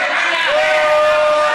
בושה.